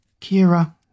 Kira